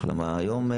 היום,